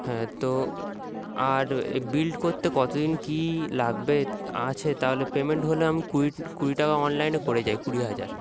হ্যাঁ তো আর বিল্ড করতে কত দিন কী লাগবে আছে তাহলে পেমেন্ট হলে আমি কুড়ি কুড়ি টাকা অনলাইনে করে যাই কুড়ি হাজার